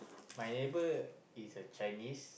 my neighbor is a Chinese